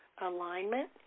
Alignment